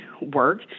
work